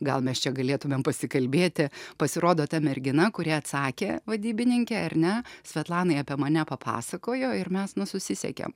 gal mes čia galėtumėm pasikalbėti pasirodo ta mergina kuri atsakė vadybininkė ar ne svetlanai apie mane papasakojo ir mes nu susisiekėm